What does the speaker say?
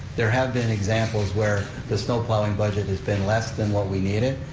there have been examples where the snow plowing budget has been less than what we needed,